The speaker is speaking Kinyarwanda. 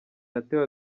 natewe